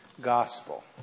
gospel